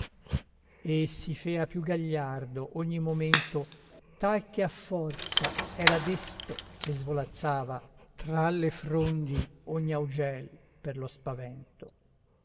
e si fea più gagliardo ogni momento tal che a forza era desto e svolazzava tra le frondi ogni augel per lo spavento